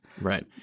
Right